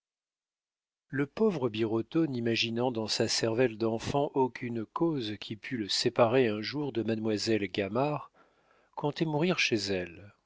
le pauvre birotteau n'imaginant dans sa cervelle d'enfant aucune cause qui pût le séparer un jour de mademoiselle gamard comptait mourir chez elle